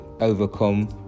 overcome